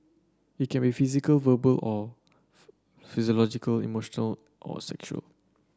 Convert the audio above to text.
it can be physical verbal or psychological emotional or sexual